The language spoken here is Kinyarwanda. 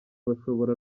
bashobora